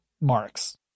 marks